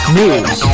news